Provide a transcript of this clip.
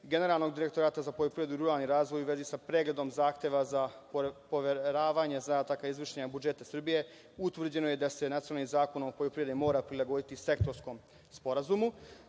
Generalnog direktorata za poljoprivredu i ruralni razvoj u vezi sa pregledom zahteva za poveravanje za takva izvršenja budžeta Srbije, utvrđeno je da se nacionalni zakon o poljoprivredi mora prilagoditi sektorskom sporazumu.